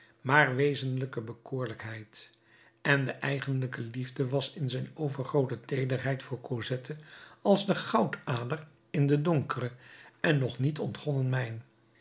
maar wezenlijke bekoorlijkheid en de eigenlijke liefde was in zijn overgroote teederheid voor cosette als de goudader in de donkere en nog niet ontgonnen mijn